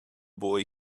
boy